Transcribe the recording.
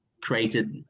created